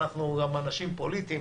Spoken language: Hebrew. אנחנו גם אנשים פוליטיים